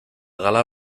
gala